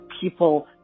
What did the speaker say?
people